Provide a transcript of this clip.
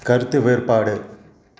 கருத்து வேறுபாடு